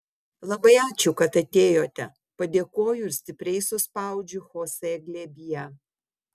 labai ačiū kad atėjote padėkoju ir stipriai suspaudžiu chosė glėbyje